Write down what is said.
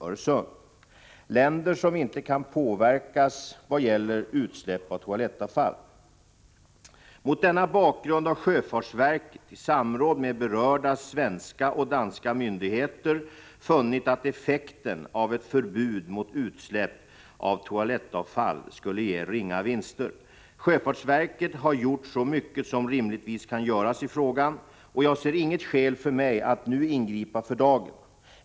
Öresund, länder som inte kan påverkas i vad gäller utsläpp av toalettavfall. Mot denna bakgrund har sjöfartsverket i samråd med berörda svenska och danska myndigheter funnit att effekten av ett förbud mot utsläpp av toalettavfall skulle ge ringa vinster. Sjöfartsverket har gjort så mycket som rimligtvis kan göras i frågan. Jag ser inget skäl för mig att nu ingripa för dagen.